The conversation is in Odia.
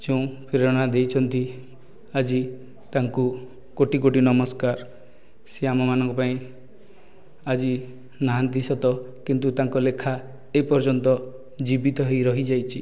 ଯେଉଁ ପ୍ରେରଣା ଦେଇଛନ୍ତି ଆଜି ତାଙ୍କୁ କୋଟି କୋଟି ନମସ୍କାର ସେ ଆମ ମାନଙ୍କ ପାଇଁ ଆଜି ନାହାନ୍ତି ସତ କିନ୍ତୁ ତାଙ୍କ ଲେଖା ଏ ପର୍ଯ୍ୟନ୍ତ ଜୀବିତ ହୋଇ ରହି ଯାଇଛି